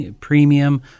premium